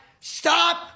stop